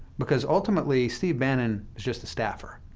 because ultimately, steve bannon is just a staffer.